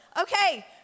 Okay